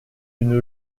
une